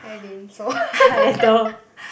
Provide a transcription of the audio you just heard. hi Lynn so